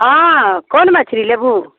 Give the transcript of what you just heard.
हँ कोन मछली लेबहू